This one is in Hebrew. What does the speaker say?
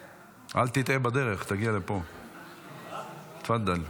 תפדל.